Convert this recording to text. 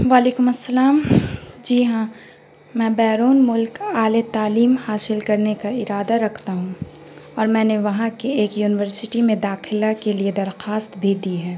وعلیکم السلام جی ہاں میں بیرون ملک اعلٰ تعلیم حاصل کرنے کا ارادہ رکھتا ہوں اور میں نے وہاں کے ایک یونیورسٹی میں داخلہ کے لیے درخواست بھی دی ہے